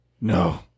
No